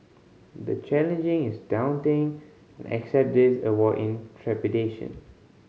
the challenging is daunting and accept this award in trepidation